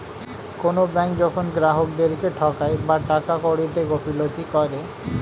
কোনো ব্যাঙ্ক যখন গ্রাহকদেরকে ঠকায় বা টাকা কড়িতে গাফিলতি করে